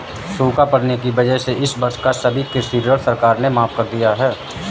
सूखा पड़ने की वजह से इस वर्ष का सभी कृषि ऋण सरकार ने माफ़ कर दिया है